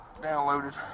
downloaded